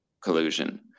collusion